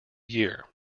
year